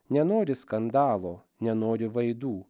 nenori skandalo nenori vaidų